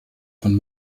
von